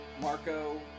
Marco